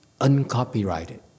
uncopyrighted